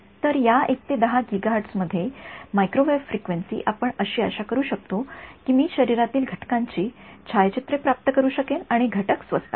तर या या १ ते १0 गिगाहर्ट्जमध्ये मायक्रोवेव्ह फ्रिक्वेन्सीआपण अशी आशा करू शकतो की मी शरीरातील घटकांची छायाचित्रे प्राप्त करू शकेन आणि घटक स्वस्त आहेत